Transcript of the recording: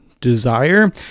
desire